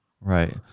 right